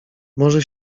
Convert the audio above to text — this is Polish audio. może